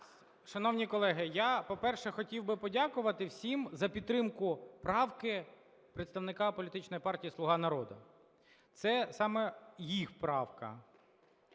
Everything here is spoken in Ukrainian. Шановні колеги, я, по-перше, хотів би подякувати всім за підтримку правки представника політичної партії "Слуга народу", це саме їх правка.